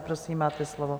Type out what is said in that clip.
Prosím, máte slovo.